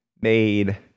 made